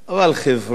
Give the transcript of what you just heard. אבל חברה